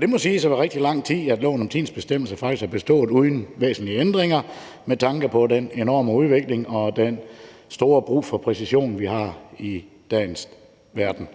Det må siges at være rigtig lang tid, loven om tidens bestemmelse faktisk har bestået uden væsentlige ændringer med tanke på den enorme udvikling og den brug for stor præcision, vi har i verden